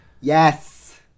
Yes